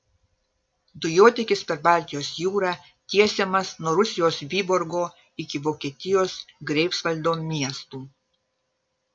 dujotiekis per baltijos jūrą tiesiamas nuo rusijos vyborgo iki vokietijos greifsvaldo miestų